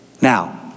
Now